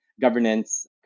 Governance